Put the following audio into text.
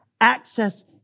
Access